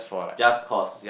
just cause